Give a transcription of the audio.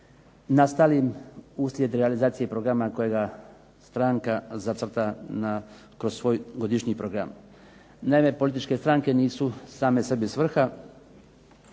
nastalim uslijed realizacije programa kojega stranka zacrta kroz svoj godišnji program. Naime, političke stranke nisu same sebi svrha